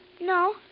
No